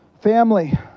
Family